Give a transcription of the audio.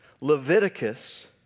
Leviticus